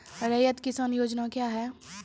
रैयत किसान योजना क्या हैं?